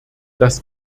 das